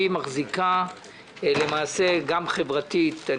היא מחזיקה למעשה גם חברתית וכלכלית ואני